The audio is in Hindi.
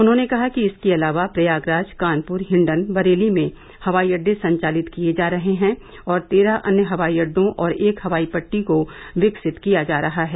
उन्होंने कहा कि इसके अलावा प्रयागराज कानपुर हिंडन बरेली में हवाई अड्डे संचालित किये जा रहे हैं और तेरह अन्य हवाई अड्डों और एक हवाई पट्टी को विकसित किया जा रहा है